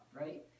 right